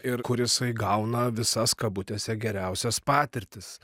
ir kur jisai gauna visas kabutėse geriausias patirtis